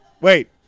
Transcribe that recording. Wait